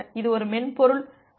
இது ஒரு மென்பொருள் பஃபராகும்